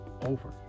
over